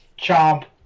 chomp